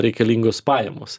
reikalingos pajamos